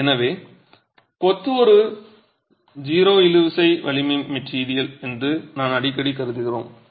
எனவே கொத்து ஒரு 0 இழுவிசை வலிமை மெட்டிரியல் என்று நாம் அடிக்கடி கருதுகிறோம்